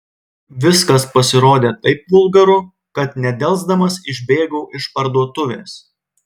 viskas pasirodė taip vulgaru kad nedelsdamas išbėgau iš parduotuvės